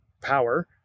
power